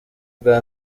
bwa